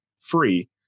free